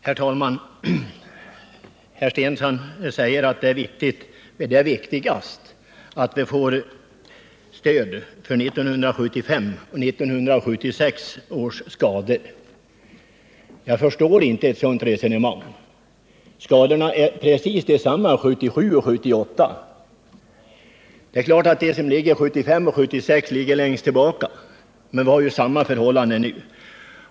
Herr talman! Herr Stensson säger att det är viktigast att man får bidrag för 1975 och 1976 års skador. Jag förstår inte ett sådant resonemang. Skadorna är precis desamma 1977 och 1978. Det är klart att skadorna från 1975 och 1976 ligger längst tillbaka i tiden, men vi har samma skador nu.